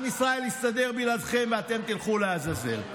עם ישראל יסתדר בלעדיכם ואתם תלכו לעזאזל",